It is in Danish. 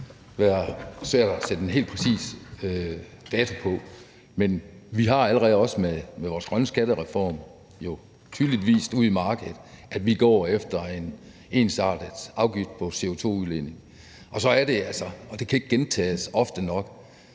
i spil, være svært sætte en helt præcis dato på. Men vi har jo også allerede med vores grønne skattereform tydeligt vist ude i markedet, at vi går efter en ensartet afgift på CO2-udledning. Så er vi altså – og det kan ikke gentages ofte nok